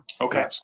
Okay